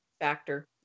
factor